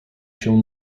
się